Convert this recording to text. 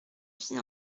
fit